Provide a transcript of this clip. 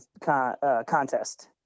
contest